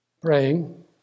praying